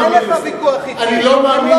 אין לך ויכוח אתי.